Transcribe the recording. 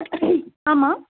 ஆமாம்